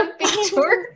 picture